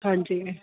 ਹਾਂਜੀ